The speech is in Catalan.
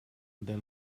del